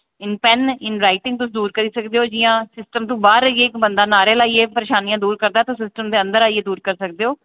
in pen in writing तुस दूर करी सकदे ओ जि'यां सिस्टम तो बाह्र रेहियै इक बंदा नाह्रे लाइयै परेशानियां दूर करदा तुस सिस्टम दे अंदर आइयै दूर करी सकदे ओ